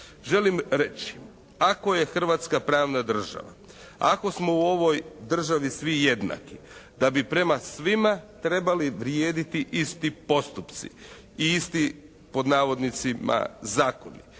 Želim reći ako je Hrvatska pravna država, ako smo u ovoj državi svi jednaki da bi prema svima trebali vrijediti isti postupci i isti pod navodnicima, zakoni.